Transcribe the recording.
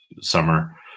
summer